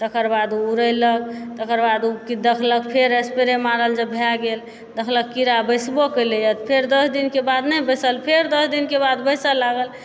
तकर बाद उड़यलक तकर बाद उ कि देखलक फेर स्प्रे मारल जब भए गेल दखलक कीड़ा बैसबो कयलइ फेर दस दिनके बाद नहि बैसल फेर दस दिनके बाद बैसऽ लागल